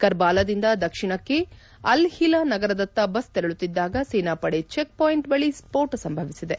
ಕರ್ಸಾಲಾದಿಂದ ದಕ್ಷಿಣಕ್ಕೆ ಅಲ್ಹಿಲಾ ನಗರದತ್ತ ಬಸ್ ತೆರಳುತ್ತಿದ್ದಾಗ ಸೇನಾಪಡೆ ಚೆಕ್ ಪಾಯಿಂಟ್ ಬಳಿ ಸ್ವೋಟ ಸಂಭವಿಸಿದೆ